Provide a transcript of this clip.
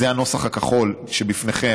זה הנוסח הכחול שבפניכם,